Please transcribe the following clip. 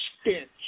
stench